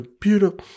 beautiful